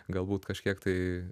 galbūt kažkiek tai